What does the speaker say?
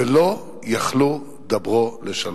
"ולא יכלו דברו לשלום".